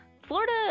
Florida